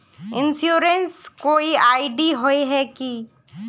Insurance कोई ID होय है की?